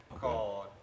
called